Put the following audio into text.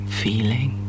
feeling